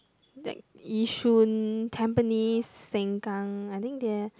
that Yishun Tampines Sengkang I think they